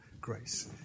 grace